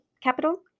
Capital